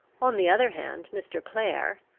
on the other hand, mr. clare,